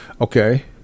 Okay